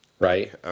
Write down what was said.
Right